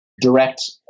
direct